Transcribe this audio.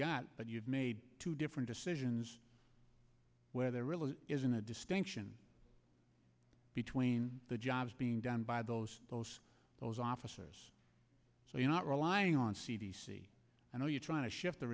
but you've made two different decisions where there really isn't a distinction between the jobs being done by those those those officers so you're not relying on c d c i know you're trying to shift the